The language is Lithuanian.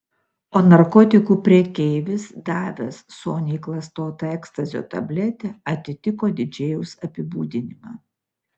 o narkotikų prekeivis davęs soniai klastotą ekstazio tabletę atitiko didžėjaus apibūdinimą